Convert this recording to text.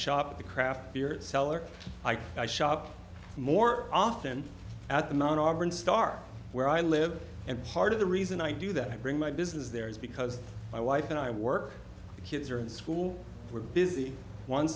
shop at the craft beer cellar i shop more often at the non auburn star where i live and part of the reason i do that i bring my business there is because my wife and i work kids are in school we're busy one